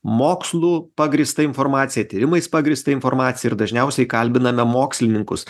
mokslu pagrįstą informaciją tyrimais pagrįstą informaciją ir dažniausiai kalbiname mokslininkus